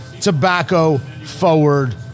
tobacco-forward